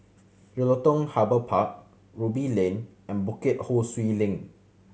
Jelutung Harbour Park Ruby Lane and Bukit Ho Swee Link